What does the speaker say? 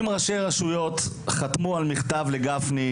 170 ראשי רשויות חתמו על מכתב לגפני,